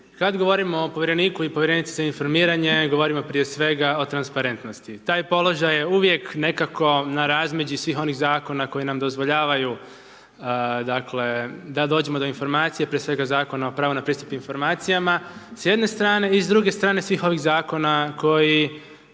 Kad govorimo o povjereniku i povjerenici za informiranje, govorimo prije svega, o transparentnosti. Taj položaj je uvijek nekako na razmeđi svih onih Zakona koji nam dozvoljavaju, dakle, da dođemo do informacije, prije svega, Zakon o pravu na pristup informacijama s jedne strane i s druge strane svih ovih zakona koji